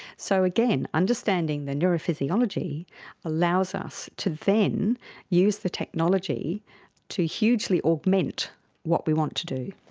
so again, understanding the neurophysiology allows us to then use the technology to hugely augment what we want to do.